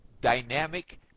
dynamic